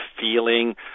feeling